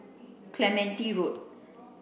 Clementi Road